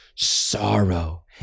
sorrow